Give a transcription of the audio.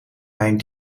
mijn